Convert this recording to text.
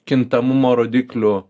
kintamumo rodiklių